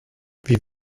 wie